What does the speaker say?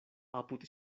apud